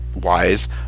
wise